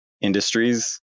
industries